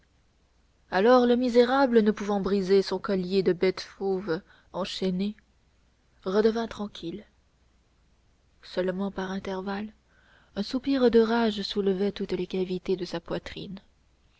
alors le misérable ne pouvant briser son collier de bête fauve enchaînée redevint tranquille seulement par intervalles un soupir de rage soulevait toutes les cavités de sa poitrine